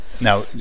Now